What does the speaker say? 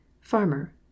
Farmer